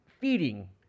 feeding